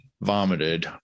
vomited